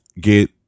get